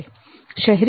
શહેરી વિસ્તારમાં 148